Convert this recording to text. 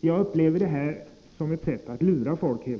Jag upplever detta helt enkelt som ett sätt att lura folk.